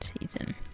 season